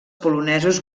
polonesos